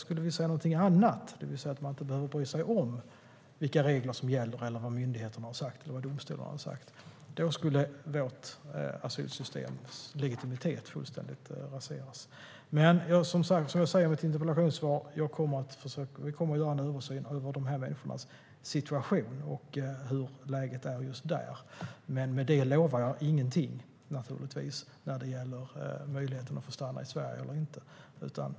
Skulle vi säga någonting annat, det vill säga att man inte behöver bry sig om vilka regler som gäller eller vad myndigheterna har sagt eller vad domstolarna har sagt, skulle vårt asylsystems legitimitet fullständigt raseras. Men som jag säger i mitt interpellationssvar: Vi kommer att göra en översyn av de här människornas situation och av hur läget är just där. Men med det lovar jag ingenting, naturligtvis, när det gäller möjligheterna att få stanna i Sverige.